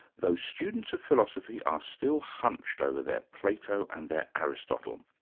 though students of philosophy are still hunched over their plato and their aristotle.